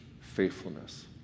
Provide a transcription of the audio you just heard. faithfulness